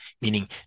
meaning